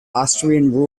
austrian